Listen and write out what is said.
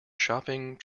shopping